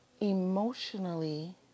emotionally